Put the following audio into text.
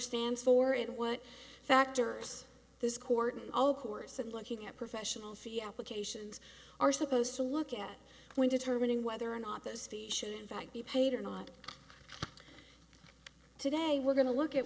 stands for and what factors this court and all course and looking at professional fee applications are supposed to look at when determining whether or not those fees should in fact be paid or not today we're going to look at